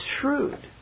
shrewd